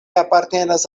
apartenas